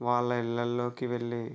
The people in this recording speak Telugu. వాళ్ళ ఇళ్ళలోకి వెళ్ళి